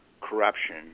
corruption